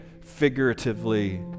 figuratively